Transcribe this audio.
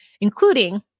including